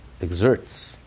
exerts